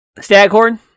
Staghorn